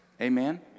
Amen